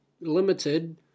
Limited